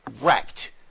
wrecked